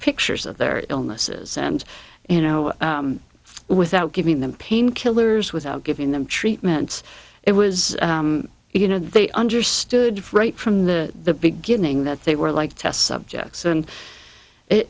pictures of their illnesses and you know without giving them painkillers without giving them treatments it was you know they understood freight from the beginning that they were like test subjects and